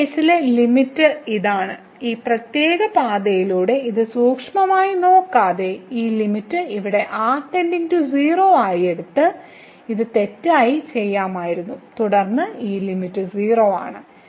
ഈ കേസിലെ ലിമിറ്റ് ഇതാണ് ഈ പ്രത്യേക പാതയിലൂടെ ഇത് സൂക്ഷ്മമായി നോക്കാതെ ഈ ലിമിറ്റ് ഇവിടെ r 0 ആയി എടുത്ത് ഇത് തെറ്റായി ചെയ്യാമായിരുന്നു തുടർന്ന് ഈ ലിമിറ്റ് 0 ആണ്